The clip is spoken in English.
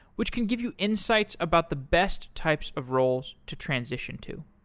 which can give you insights about the best types of roles to transition to.